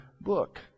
book